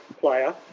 player